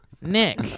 Nick